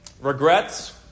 regrets